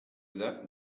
the